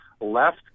left